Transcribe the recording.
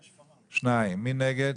2. מי נגד?